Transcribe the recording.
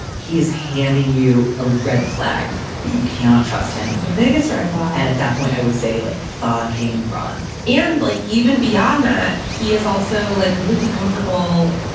he is handing you a red flag that you can't trust him. the biggest red flag and at that point, i would say like fucking ron and like even beyond that, he is also like completely comfortable,